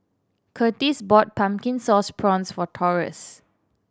Kurtis bought Pumpkin Sauce Prawns for Taurus